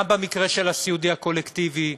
גם במקרה של הסיעודי הקולקטיבי,